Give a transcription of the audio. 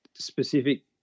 specific